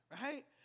right